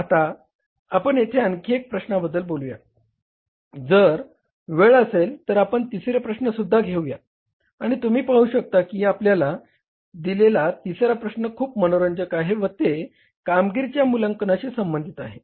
आता आपण येथे आणखी एका प्रश्नाबद्दल बोलूया जर वेळ असेल तर आपण तिसरे प्रश्नसुद्धा घेऊया आणि तुम्ही पाहू शकता आपल्याला दिलेला तिसरा प्रश्न खूप मनोरंजक आहे व ते कामगिरीच्या मूल्यांकनाशी संबंधित आहे